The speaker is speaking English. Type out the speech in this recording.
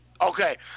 Okay